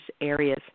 areas